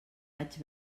vaig